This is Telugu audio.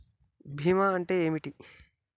బీమా అంటే ఏమిటి?